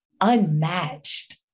unmatched